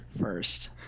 first